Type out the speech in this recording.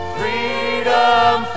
freedom